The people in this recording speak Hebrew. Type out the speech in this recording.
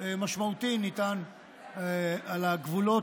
משמעותי ניתן על הגבולות